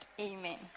Amen